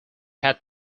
had